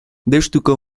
deustuko